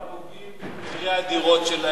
הם פוגעים במחירי הדירות שלהם,